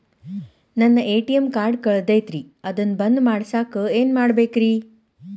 ನನ್ನ ATM card ಕಳದೈತ್ರಿ ಅದನ್ನ ಬಂದ್ ಮಾಡಸಾಕ್ ಏನ್ ಮಾಡ್ಬೇಕ್ರಿ?